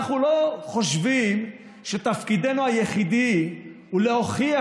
אנחנו לא חושבים שתפקידנו היחיד הוא להוכיח